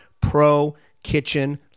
pro-kitchen